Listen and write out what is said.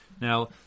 Now